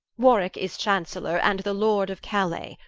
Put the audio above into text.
warwick is chancelor, and the lord of callice,